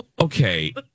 Okay